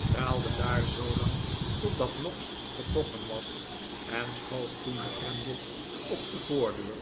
draalde daar zoolang totdat noggs vertrokken was en schoof toen den grendel op de voordeur